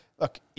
Look